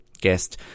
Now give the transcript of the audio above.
guest